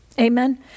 Amen